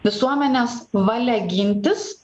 visuomenės valia gintis